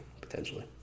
potentially